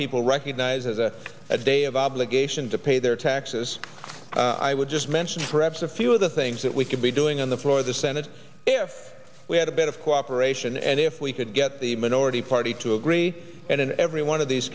people recognize as a a day of obligation to pay their taxes i would just mention perhaps a few of the things that we could be doing on the floor of the senate if we had a bit of cooperation and if we could get the minority party to agree and in every one of these